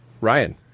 Ryan